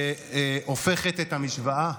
שהופכת את המשוואה,